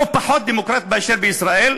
לא פחות מאשר בישראל,